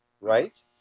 right